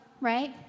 right